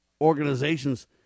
organizations